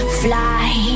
fly